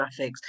graphics